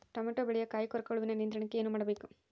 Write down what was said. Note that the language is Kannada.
ಟೊಮೆಟೊ ಬೆಳೆಯ ಕಾಯಿ ಕೊರಕ ಹುಳುವಿನ ನಿಯಂತ್ರಣಕ್ಕೆ ಏನು ಮಾಡಬೇಕು?